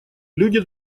люди